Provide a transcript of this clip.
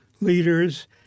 leaders